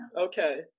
Okay